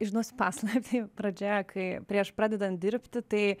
išduosiu paslaptį pradžioje kai prieš pradedant dirbti tai